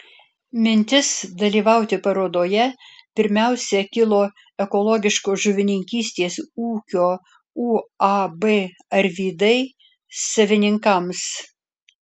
mintis dalyvauti parodoje pirmiausia kilo ekologiškos žuvininkystės ūkio uab arvydai savininkams